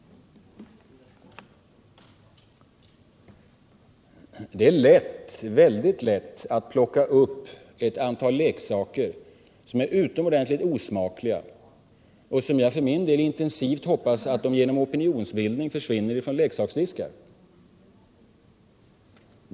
Det är väldigt lätt att plocka fram ett antal Fredagen den leksaker som är utomordentligt osmakliga och som jag för min del intensivt 14 april 1978 hoppas genom opinionsbildning skall försvinna från leksaksdiskarna.